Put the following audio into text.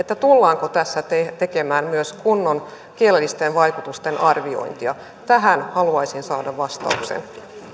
tullaanko tässä tekemään myös kunnon kielellisten vaikutusten arviointia tähän haluaisin saada vastauksen